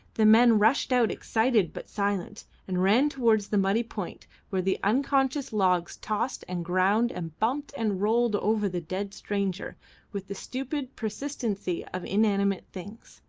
the men rushed out excited but silent, and ran towards the muddy point where the unconscious logs tossed and ground and bumped and rolled over the dead stranger with the stupid persistency of inanimate things.